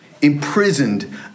imprisoned